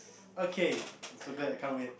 okay so glad I can't wait